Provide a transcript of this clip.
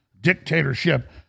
dictatorship